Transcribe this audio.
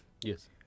Yes